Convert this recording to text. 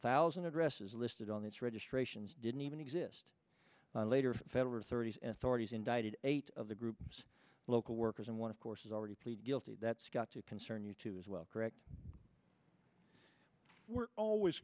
thousand addresses listed on this registrations didn't even exist later federal thirty's and forty's indicted eight of the group local workers and one of course has already pleaded guilty that's got to concern you too as well correct we're always